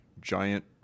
giant